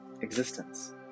existence